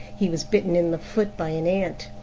he was bitten in the foot by an ant.